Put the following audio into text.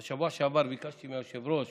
בשבוע שעבר ביקשתי מהיושב-ראש